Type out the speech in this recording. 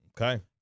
Okay